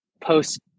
post